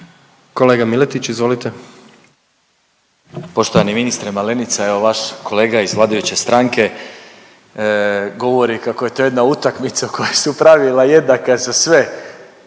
Kolega Miletić, izvolite.